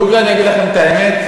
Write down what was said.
דוגרי, אני אגיד לכם את האמת?